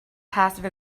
passive